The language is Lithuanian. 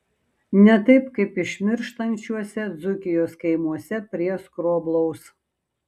ne taip kaip išmirštančiuose dzūkijos kaimuose prie skroblaus